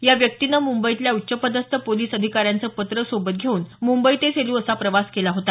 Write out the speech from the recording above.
या व्यक्तीनं मुंबईतल्या उच्च पदस्थ पोलीस अधिकाऱ्यांचं पत्र सोबत घेऊन मुंबई ते सेलू प्रवास केला होता